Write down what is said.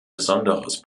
besonderes